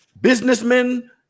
Businessmen